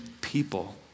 people